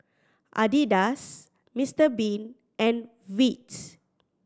Adidas Mister Bean and Veet